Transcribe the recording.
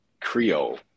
Creole